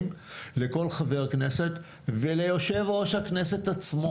לכל חבר כנסת וליושב-ראש הכנסת עצמו.